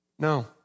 No